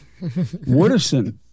Wooderson